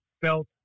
felt